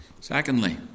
Secondly